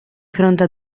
fronte